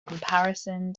comparison